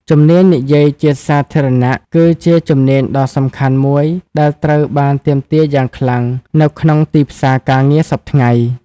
ជំនាញនិយាយជាសាធារណៈគឺជាជំនាញដ៏សំខាន់មួយដែលត្រូវបានទាមទារយ៉ាងខ្លាំងនៅក្នុងទីផ្សារការងារសព្វថ្ងៃ។